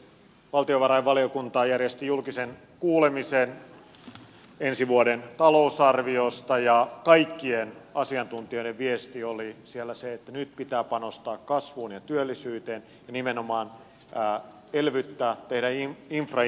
valtiovarainvaliokunta järjesti julkisen kuulemisen ensi vuoden talousarviosta ja kaikkien asiantuntijoiden viesti oli siellä se että nyt pitää panostaa kasvuun ja työllisyyteen ja nimenomaan elvyttää tehdä infrainvestointeja